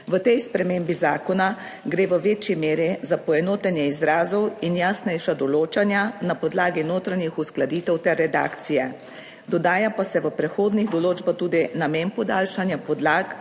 V tej spremembi zakona gre v večji meri za poenotenje izrazov in jasnejša določanja na podlagi notranjih uskladitev ter redakcije, dodaja pa se v prehodnih določbah tudi namen podaljšanja podlag